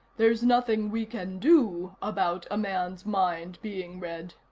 there's nothing we can do about a man's mind being read.